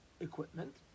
equipment